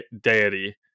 deity